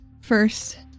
first